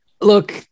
Look